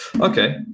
Okay